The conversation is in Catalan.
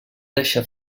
deixar